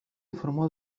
informó